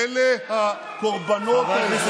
הטרור, אלה הקורבנות, אל תפריע לו.